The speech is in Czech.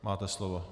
Máte slovo.